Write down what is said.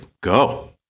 go